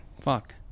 Fuck